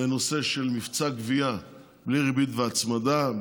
הנושא של מבצע גבייה בלי ריבית והצמדה,